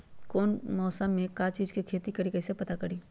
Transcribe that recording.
कौन मौसम में का चीज़ के खेती करी कईसे पता करी?